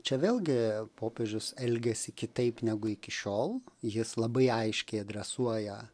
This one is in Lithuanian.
čia vėlgi popiežius elgiasi kitaip negu iki šiol jis labai aiškiai adresuoja